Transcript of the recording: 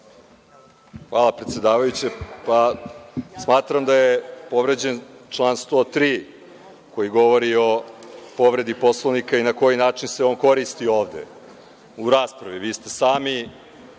Hvala predsedavajuća. Pa, smatram da je povređen član 103. koji govori o povredi Poslovnika i na koji način se on koristi ovde u raspravi. Vi ste sami,